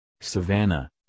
savannah